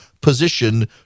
position